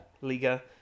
Liga